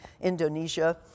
Indonesia